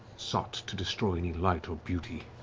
sought to destroy any light or beauty.